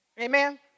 Amen